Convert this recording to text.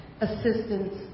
assistance